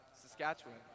Saskatchewan